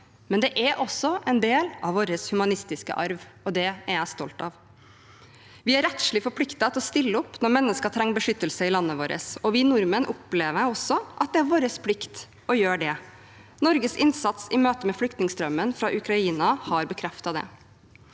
Det er også en del av vår humanistiske arv – og det er jeg stolt av. Vi er rettslig forpliktet til å stille opp når mennesker trenger beskyttelse i landet vårt, og vi nordmenn opplever også at det er vår plikt å gjøre det. Norges innsats i møte med flyktningestrømmen fra Ukraina har bekreftet det.